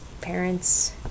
parents